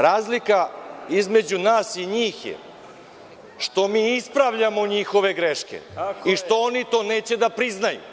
Razlika između nas i njih je što mi ispravljamo njihove greške i što oni to neće da priznaju.